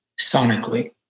sonically